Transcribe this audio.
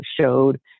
showed